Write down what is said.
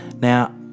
Now